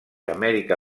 amèrica